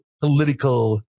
political